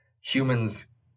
humans